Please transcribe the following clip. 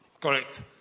correct